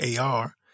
AR